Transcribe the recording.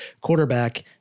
quarterback